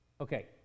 Okay